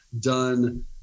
done